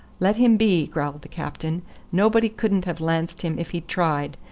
let him be, growled the captain nobody couldn't have lanced him if he'd tried.